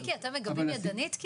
מיקי, אתם מגבים ידנית?